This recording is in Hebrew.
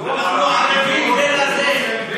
אנחנו ערֵבים זה לזה.